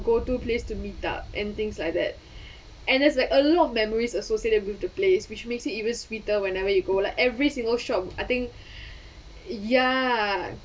go-to place to meet up and things like that and there's like a lot of memories associated with the place which makes it even sweeter whenever you go like every single shop I think ya